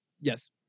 yes